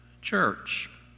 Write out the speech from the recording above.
church